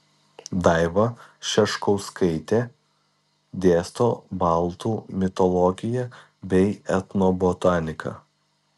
daiva šeškauskaitė dėsto baltų mitologiją bei etnobotaniką